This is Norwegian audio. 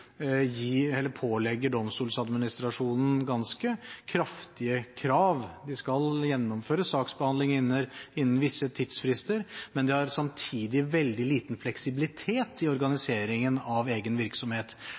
pålegger Domstoladministrasjonen ganske kraftige krav. De skal gjennomføre saksbehandling innen visse tidsfrister, men de har samtidig veldig liten fleksibilitet i organiseringen av egen virksomhet.